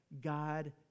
God